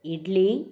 idli